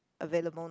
available